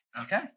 Okay